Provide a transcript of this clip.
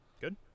Good